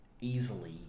easily